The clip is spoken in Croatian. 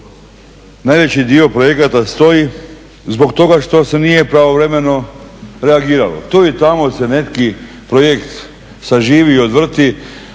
najveći dio projekata stoji zbog toga što se nije pravovremeno reagiralo. Tu i tamo se neki projekt saživi i odvrti